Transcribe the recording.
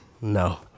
No